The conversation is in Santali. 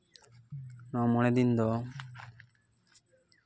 ᱱᱚᱣᱟ ᱢᱚᱬᱮ ᱫᱤᱱ ᱫᱚ